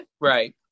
right